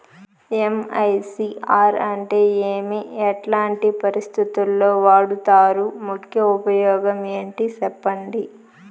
MICR అంటే ఏమి? ఎట్లాంటి పరిస్థితుల్లో వాడుతారు? ముఖ్య ఉపయోగం ఏంటి సెప్పండి?